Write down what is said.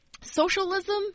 socialism